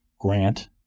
grant